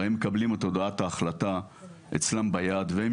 הרי הם מקבלים את הודעת ההחלטה אצלם ביד והם